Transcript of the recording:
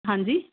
ਹਾਂਜੀ